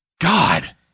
God